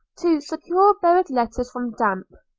to secure buried letters from damp